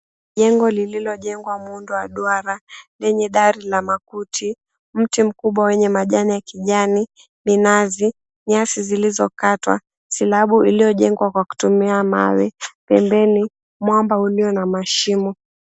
Jengo lililojengwa muundo wa duara, lenye dari la makuti. Mti mkubwa wenye majani ya kijani, minazi, nyasi zilizokatwa, silabu iliyojengwa kwa kutumia mawe. Pembeni, mwamba ulio na mashimo.